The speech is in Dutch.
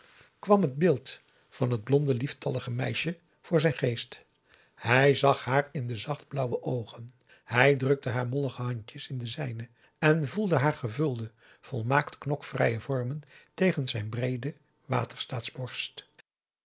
kwam het beeld van t blonde lieftallige meisje voor zijn geest hij zag haar in de zacht blauwe oogen hij drukte haar mollige handjes in de zijne en voelde haar gevulde volmaakt knokvrije vormen tegen zijn breede